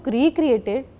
recreated